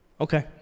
Okay